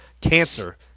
cancer